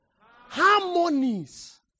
Harmonies